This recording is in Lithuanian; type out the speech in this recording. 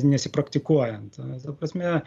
nesipraktikuojant ta prasme